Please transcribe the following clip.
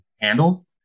handle